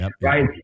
right